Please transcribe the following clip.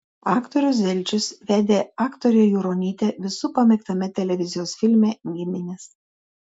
aktorius zelčius vedė aktorę juronytę visų pamėgtame televizijos filme giminės